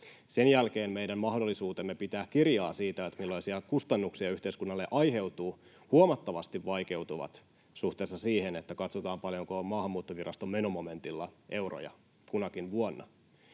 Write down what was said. Sen jälkeen meidän mahdollisuutemme pitää kirjaa siitä, millaisia kustannuksia yhteiskunnalle aiheutuu, huomattavasti vaikeutuvat suhteessa siihen, että katsotaan, paljonko on Maahanmuuttoviraston menomomentilla euroja kunakin vuonna.